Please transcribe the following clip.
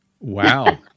Wow